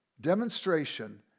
demonstration